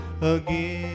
again